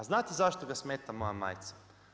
A znate zašto ga smeta moja majica?